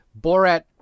Borat